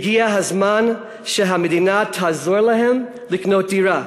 הגיע הזמן שהמדינה תעזור להם לקנות דירה.